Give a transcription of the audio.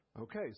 Okay